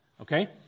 Okay